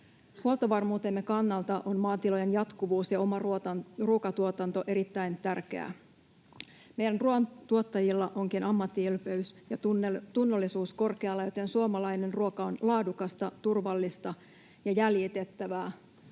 Huoltovarmuutemme kannalta on maatilojen jatkuvuus ja oma ruokatuotanto erittäin tärkeää. Meidän ruoantuottajilla onkin ammattiylpeys ja tunnollisuus korkealla, joten suomalainen ruoka on laadukasta, turvallista ja jäljitettävää,